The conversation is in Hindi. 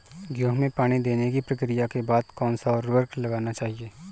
गेहूँ में पानी देने की प्रक्रिया के बाद कौन सा उर्वरक लगाना चाहिए?